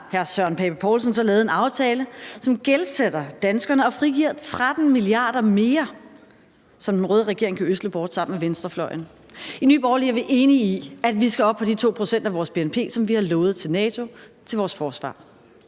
har hr. Søren Pape Poulsen så lavet en aftale, som gældsætter danskerne og frigiver 13 mia. kr. mere, som den røde regering kan ødsle bort sammen med venstrefløjen. I Nye Borgerlige er vi enige i, at vi skal op på de 2 pct. af vores bnp, som vi har lovet NATO at bruge på vores forsvar,